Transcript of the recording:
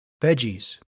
veggies